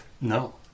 No